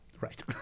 right